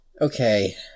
Okay